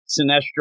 sinestro